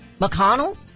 McConnell